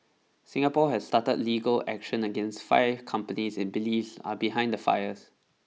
Singapore has started legal action against five companies it believes are behind the fires